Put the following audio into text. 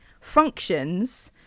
functions